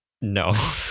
no